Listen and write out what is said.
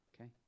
Okay